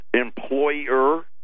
employer